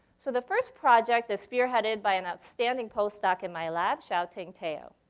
so the first project is spearheaded by an outstanding postdoc in my lab, shao thing teoh.